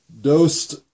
Dosed